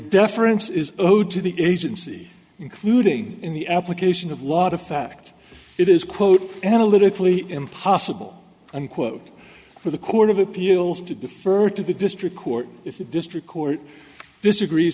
deference is owed to the agency including in the application of lot of fact it is quote analytically impossible unquote for the court of appeals to defer to the district court if the district court disagrees